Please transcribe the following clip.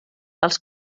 els